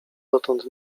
dotąd